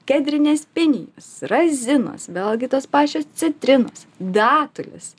kedrinės pinijos razinos vėlgi tos pačios citrinos datulės